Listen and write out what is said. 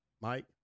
Mike